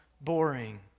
boring